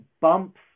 bumps